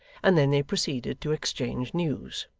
and then they proceeded to exchange news.